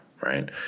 Right